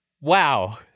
wow